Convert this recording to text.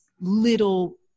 little